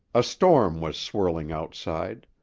a storm was swirling outside.